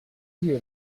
hear